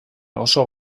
oso